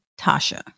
Tasha